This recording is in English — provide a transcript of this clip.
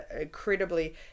incredibly